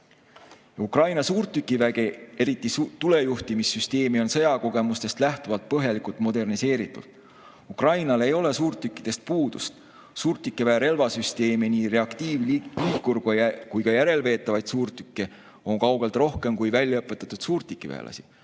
Ukraina suurtükiväge, eriti tulejuhtimissüsteemi, on sõjakogemustest lähtuvalt põhjalikult moderniseeritud. Ukrainal ei ole suurtükkidest puudust, suurtükiväe relvasüsteeme, nii reaktiiv-, liikur- kui ka järelveetavaid suurtükke on kaugelt rohkem kui väljaõpetatud suurtükiväelasi.